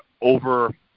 over